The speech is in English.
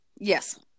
Yes